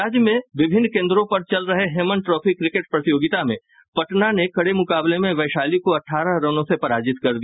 राज्य में विभिन्न केंद्रों पर चल रहे हेमन ट्रॉफी क्रिकेट प्रतियोगिता में पटना ने कड़े मुकाबले में वैशाली को अठारह रनों से पराजित कर दिया